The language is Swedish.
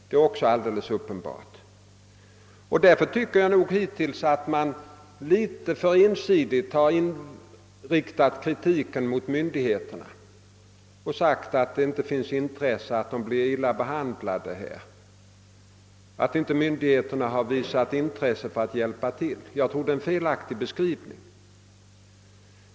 Därför tycker jag att man hittills litet för ensidigt har inriktat kritiken mot myndigheterna, då man sagt att dessa inte har visat intresse för att hjälpa dessa flyktingar och att de blivit illa behandlade här. Jag tror att det är en felaktig beskrivning.